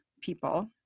people